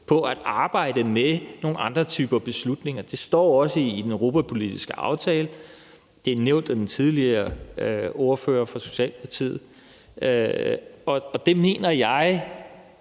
for at arbejde med nogle andre typer beslutninger – det står også i den europapolitiske aftale, og det er nævnt af den tidligere ordfører fra Socialdemokratiet. Jeg